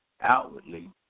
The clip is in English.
outwardly